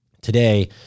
Today